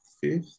fifth